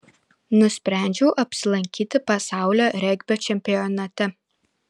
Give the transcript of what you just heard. nusprendžiau apsilankyti pasaulio regbio čempionate